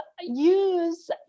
use